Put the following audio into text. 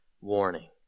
warning